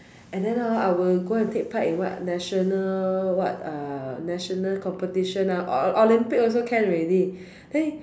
and then hor I will go and take part in what national what err national competition ah ol~ ol~ Olympic also can already then